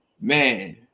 Man